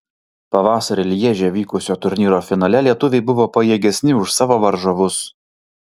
pavasarį lježe vykusio turnyro finale lietuviai buvo pajėgesni už savo varžovus